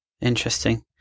Interesting